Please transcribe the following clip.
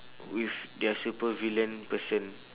with their supervillain person